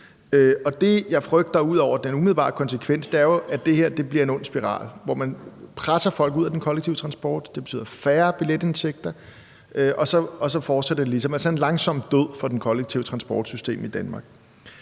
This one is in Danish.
og det, jeg frygter ud over den umiddelbare konsekvens, er jo, at det her bliver en ond spiral, hvor man presser folk ud af den kollektive transport, hvilket betyder færre billetindtægter, og at det så ligesom fortsætter, altså en langsom død for det kollektive transportsystem i Danmark.